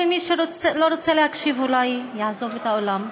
ומי שלא רוצה להקשיב אולי יעזוב את האולם.